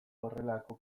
horrelako